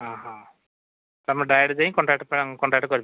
ହଁ ହଁ ତୁମେ ଡାଇରେକ୍ଟ ଯାଇ ହିଁ କଣ୍ଟାକ୍ଟ କଣ୍ଟାକ୍ଟ